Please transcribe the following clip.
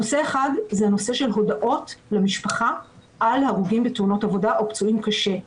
נושא אחד נוגע להודעות למשפחה על הרוגים בתאונות עבודה או פצועים קשה.